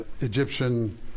Egyptian